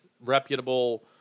reputable